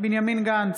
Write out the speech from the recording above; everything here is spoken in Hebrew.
בנימין גנץ,